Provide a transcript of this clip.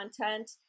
content